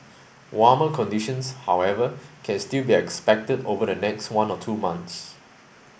warmer conditions however can still be expected over the next one or two months